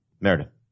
Meredith